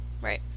right